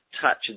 touch